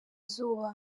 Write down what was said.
izuba